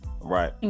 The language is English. Right